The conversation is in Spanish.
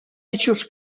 hechos